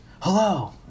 hello